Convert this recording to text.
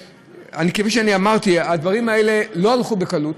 כפי שאמרתי, הדברים האלה לא הלכו בקלות.